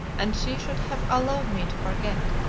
and she should have allowed me to forget,